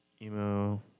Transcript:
Emo